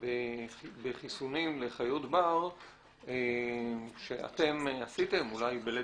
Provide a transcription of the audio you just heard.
בחיסונים לחיות בר שאתם עשיתם אולי בלית